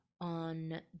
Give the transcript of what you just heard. on